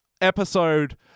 episode